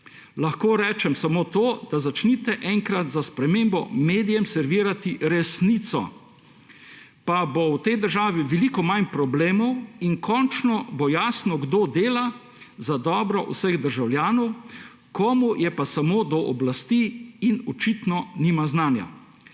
lahko rečem samo to, da začnite enkrat za spremembo medijem servirati resnico pa bo v tej državi veliko manj problemov in končno bo jasno, kdo dela za dobro vseh državljanov, komu je pa samo do oblasti in očitno nima znanja.